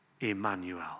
Emmanuel